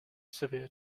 severe